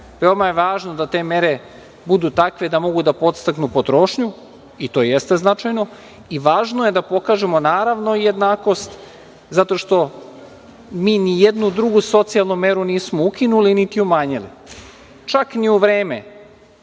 Veoma je važno da te mere budu takve da mogu da podstaknu potrošnju i to jeste značajno i važno je da pokažemo jednakost, zato što mi nijednu drugu socijalnu meru nismo ukinuli, niti umanjili, čak ni u vreme